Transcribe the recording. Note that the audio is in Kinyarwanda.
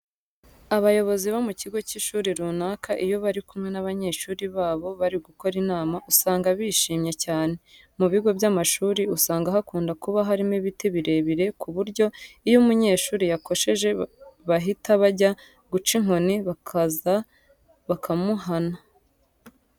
Abayobozi bo mu kigo cy'ishuri runaka iyo bari kumwe n'abanyeshuri babo bari gukora inama usanga bishimye cyane. Mu bigo by'amashuri usanga hakunda kuba harimo ibiti birebire ku buryo iyo umunyeshuri yakosheje bahita bajya guca inkoni bakaza bakamuhana.